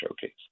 showcase